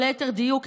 או ליתר דיוק,